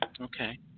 Okay